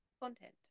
Content